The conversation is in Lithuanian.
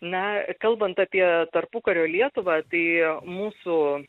na kalbant apie tarpukario lietuvą tai mūsų